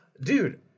Dude